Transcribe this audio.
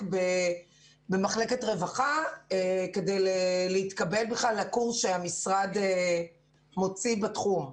במחלקת רווחה כדי להתקבל לקורס שהמשרד מוציא בתחום.